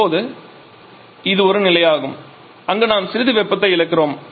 இப்போது இது ஒரு நிலையாகும் அங்கு நாம் சிறிது வெப்பத்தை இழக்கிறோம்